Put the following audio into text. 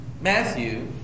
Matthew